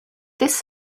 this